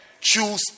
Choose